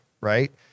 right